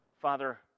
Father